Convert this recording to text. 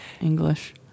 English